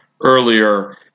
earlier